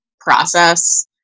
process